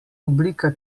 oblika